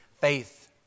faith